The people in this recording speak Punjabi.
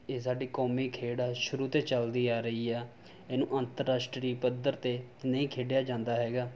ਇਹ ਸਾਡੀ ਕੌਮੀ ਖੇਡ ਹੈ ਸ਼ੁਰੂ ਤੋਂ ਚੱਲਦੀ ਆ ਰਹੀ ਆ ਇਹਨੂੰ ਅੰਤਰਰਾਸ਼ਟਰੀ ਪੱਧਰ 'ਤੇ ਨਹੀਂ ਖੇਡਿਆ ਜਾਂਦਾ ਹੈਗਾ